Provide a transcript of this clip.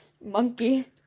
monkey